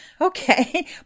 okay